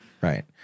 right